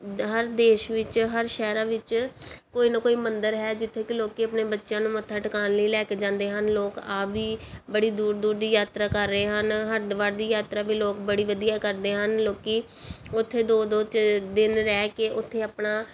ਹਰ ਦੇਸ਼ ਵਿੱਚ ਹਰ ਸ਼ਹਿਰਾਂ ਵਿੱਚ ਕੋਈ ਨਾ ਕੋਈ ਮੰਦਰ ਹੈ ਜਿੱਥੇ ਕਿ ਲੋਕ ਆਪਣੇ ਬੱਚਿਆਂ ਨੂੰ ਮੱਥਾ ਟਿਕਾਉਣ ਲਈ ਲੈ ਕੇ ਜਾਂਦੇ ਹਨ ਲੋਕ ਆਪ ਵੀ ਬੜੀ ਦੂਰ ਦੂਰ ਦੀ ਯਾਤਰਾ ਕਰ ਰਹੇ ਹਨ ਹਰਿਦੁਆਰ ਦੀ ਯਾਤਰਾ ਵੀ ਲੋਕ ਬੜੀ ਵਧੀਆ ਕਰਦੇ ਹਨ ਲੋਕ ਉੱਥੇ ਦੋ ਦੋ ਦਿਨ ਰਹਿ ਕੇ ਉੱਥੇ ਆਪਣਾ